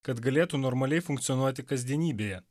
kad galėtų normaliai funkcionuoti kasdienybėje